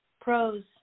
pros